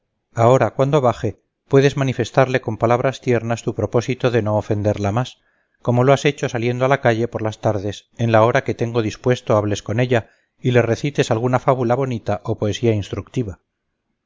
ahora cuando baje puedes manifestarle con palabras tiernas tu propósito de no ofenderla más como lo has hecho saliendo a la calle por las tardes en la hora que tengo dispuesto hables con ella y le recites alguna fábula bonita o poesía instructiva